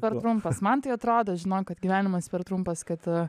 per trumpas man tai atrodo žinok kad gyvenimas per trumpas kad